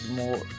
more